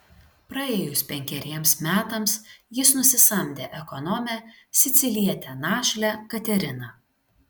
praėjus penkeriems metams jis nusisamdė ekonomę sicilietę našlę kateriną